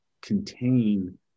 contain